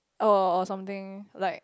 or or something like